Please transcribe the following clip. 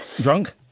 Drunk